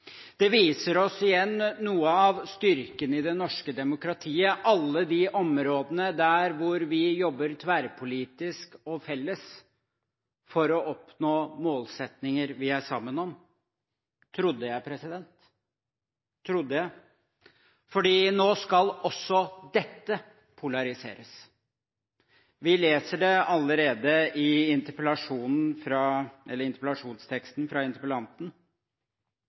Det viser oss igjen noe av styrken i det norske demokratiet, alle de områdene der hvor vi jobber tverrpolitisk og felles for å oppnå målsettinger vi er sammen om – trodde jeg, for nå skal også dette polariseres. Vi leser det allerede i interpellasjonsteksten fra